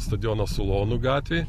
stadionas ulonų gatvėj